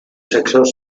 sexos